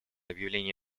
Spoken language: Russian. объявление